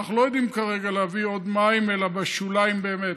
אנחנו לא יודעים כרגע להביא עוד מים אלא בשוליים באמת,